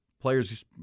players –